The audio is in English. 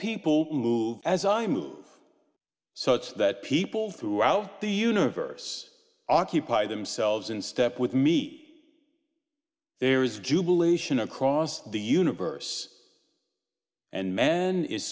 people move as i move such that people throughout the universe occupy themselves in step with me there is jubilation across the universe and men i